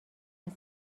رود